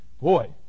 Boy